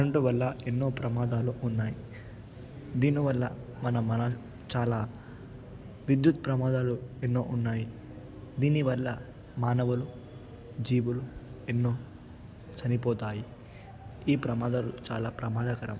current వల్ల ఎన్నో ప్రమాదాలు ఉన్నాయి దీని వల్ల మన మన చాలా విద్యుత్ ప్రమాదాలు ఎన్నో ఉన్నాయి దీని వల్ల మానవులు జీవులు ఎన్నో చనిపోతాయి ఈ ప్రమాదాలు చాలా ప్రమాదకరం